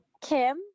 Kim